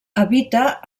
habita